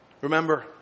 Remember